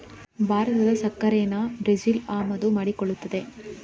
ಭಾರತದ ಸಕ್ಕರೆನಾ ಬ್ರೆಜಿಲ್ ಆಮದು ಮಾಡಿಕೊಳ್ಳುತ್ತದೆ